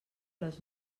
les